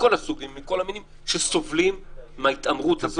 מכול הסוגים והמינים, שסובלים מההתעמרות הזו.